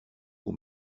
aux